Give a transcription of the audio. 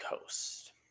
Coast